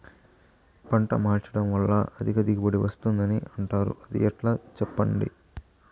పంట మార్చడం వల్ల అధిక దిగుబడి వస్తుందని అంటారు అది ఎట్లా సెప్పండి